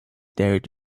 dared